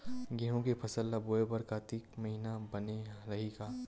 गेहूं के फसल ल बोय बर कातिक महिना बने रहि का?